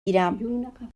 گیرم